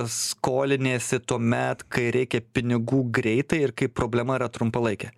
skoliniesi tuomet kai reikia pinigų greitai ir kai problema yra trumpalaikė